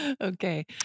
Okay